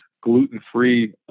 gluten-free